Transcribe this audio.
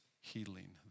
healing